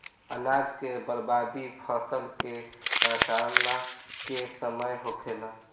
अनाज के बर्बादी फसल के काटला के समय होखेला